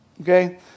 Okay